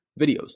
videos